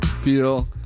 feel